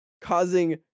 causing